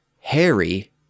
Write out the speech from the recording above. Harry